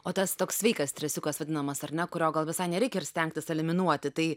o tas toks sveikas stresiukas vadinamas ar ne kurio gal visai nereikia ir stengtis eliminuoti tai